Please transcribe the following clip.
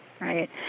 Right